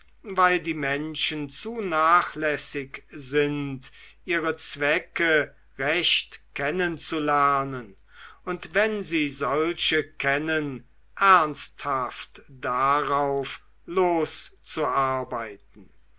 weil die menschen zu nachlässig sind ihre zwecke recht kennen zu lernen und wenn sie solche kennen ernsthaft darauf